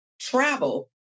travel